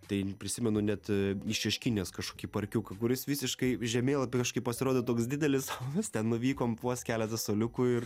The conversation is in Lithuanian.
tai prisimenu net į šeškinės kažkokį parkiuką kuris visiškai žemėlapy kažkaip pasirodė toks didelis mes ten nuvykom vos keletas suoliukų ir